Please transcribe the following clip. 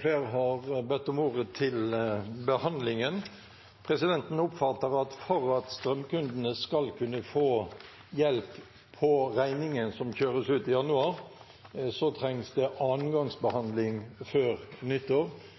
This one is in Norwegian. Flere har ikke bedt om ordet til behandlingen. Presidenten oppfatter at for at strømkundene skal kunne få hjelp på regningen som kjøres ut i januar, trengs det annen gangs behandling før nyttår.